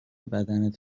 بدنت